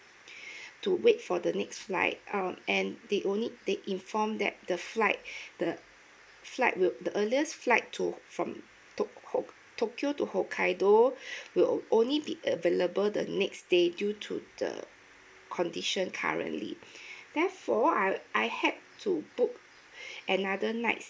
to wait for the next flight um and the only they informed that the flight the flight wil~ the earliest flight to from tok~ tokyo to hokkaido will only be available the next day due to the condition currently therefore I'd I had to book another nights